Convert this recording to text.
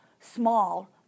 small